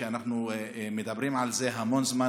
שאנחנו מדברים עליו המון זמן,